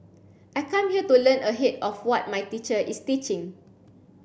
I come here to learn ahead of what my teacher is teaching